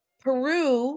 Peru